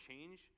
change